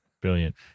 brilliant